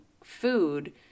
food